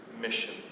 mission